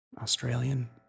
Australian